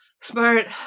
Smart